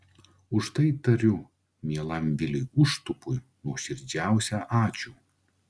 už tai tariu mielam viliui užtupui nuoširdžiausią ačiū